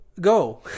Go